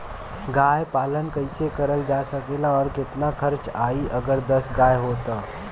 गाय पालन कइसे करल जा सकेला और कितना खर्च आई अगर दस गाय हो त?